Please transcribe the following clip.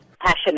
passion